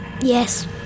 Yes